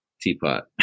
teapot